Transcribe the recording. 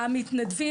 המתנדבים,